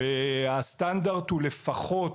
הסטנדרט הוא לפחות